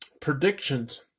predictions